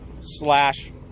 slash